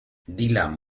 dylan